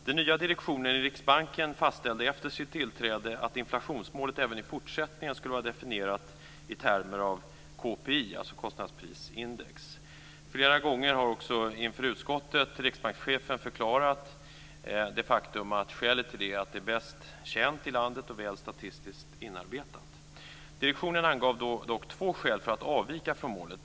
Den nya direktionen i Riksbanken fastställde efter sitt tillträde att inflationsmålet även i fortsättningen skulle vara definierat i termer av KPI, dvs. konsumentprisindex. Riksbankschefen har också flera gånger inför utskottet förklarat att skälet till detta är att det är bäst känt i landet och väl statistiskt inarbetat. Direktionen angav dock två skäl för att avvika från målet.